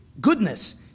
Goodness